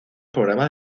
programas